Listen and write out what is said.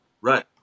Right